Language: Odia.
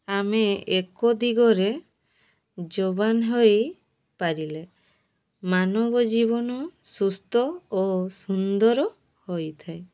ଆମେ ଏକ ଦିଗରେ ଯବାନ ହୋଇପାରିଲେ ମାନବ ଜୀବନ ସୁସ୍ଥ ଓ ସୁନ୍ଦର ହୋଇଥାଏ